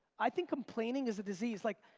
i think complaining is a disease. like